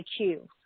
IQ